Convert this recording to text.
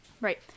Right